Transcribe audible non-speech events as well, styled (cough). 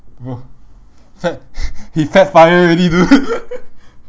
bro fat (laughs) he fat FIRE already dude (laughs)